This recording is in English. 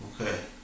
Okay